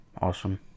awesome